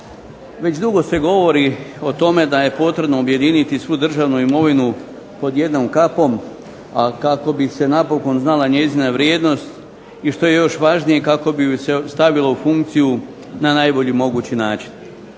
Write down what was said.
Već dugo se govori o tome da je potrebno objediniti svu državnu imovinu pod jednom kapom, a kako bi se napokon znala njezina vrijednost i što je još važnije kako bi se stavilo u funkciju na najbolji mogući načinu.